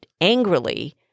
angrily